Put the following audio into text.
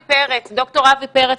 ד"ר אבי פרץ,